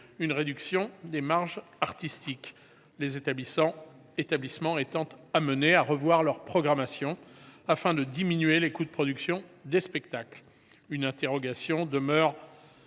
une réduction des marges artistiques, les établissements étant amenés à revoir leur programmation afin de diminuer les coûts de production des spectacles. Une interrogation demeure